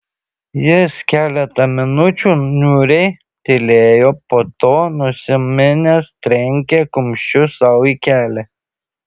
jis keletą minučių niūriai tylėjo po to nusiminęs trenkė kumščiu sau į kelį